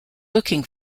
looking